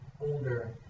older